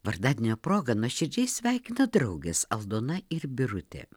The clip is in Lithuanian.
vardadienio proga nuoširdžiai sveikina draugės aldona ir birutė